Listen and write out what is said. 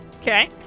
Okay